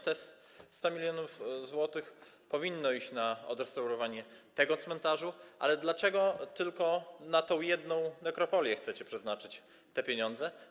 Te 100 mln zł powinno iść na odrestaurowanie tego cmentarza, ale dlaczego tylko na tę jedną nekropolię chcecie przeznaczyć te pieniądze?